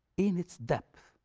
in its depth.